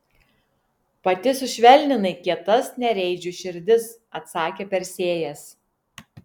pati sušvelninai kietas nereidžių širdis atsakė persėjas